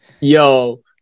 yo